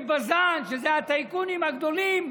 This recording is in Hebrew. בז"ן, הטייקונים הגדולים,